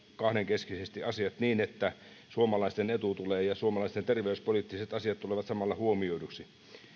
kahdenkeskisesti asiat niin että suomalaisten etu ja suomalaisten terveyspoliittiset asiat tulevat samalla huomioiduiksi